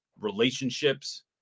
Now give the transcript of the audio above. relationships